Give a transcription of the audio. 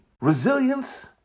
Resilience